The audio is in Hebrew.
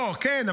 כן,